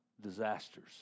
disasters